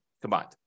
combined